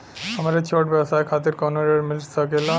हमरे छोट व्यवसाय खातिर कौनो ऋण मिल सकेला?